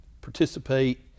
participate